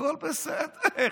רוצה להזכיר